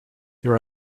there